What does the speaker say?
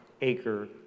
acre